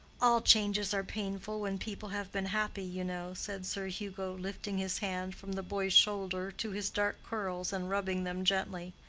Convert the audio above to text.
all changes are painful when people have been happy, you know, said sir hugo, lifting his hand from the boy's shoulder to his dark curls and rubbing them gently.